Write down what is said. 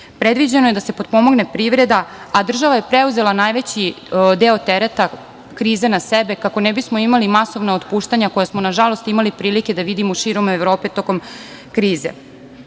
Predviđeno je da se potpomogne privreda, a država je preuzela najveći deo tereta krize na sebe kako ne bismo imali masovna otpuštanja, koja smo, nažalost, imali prilike da vidimo širom Evrope tokom krize. Naša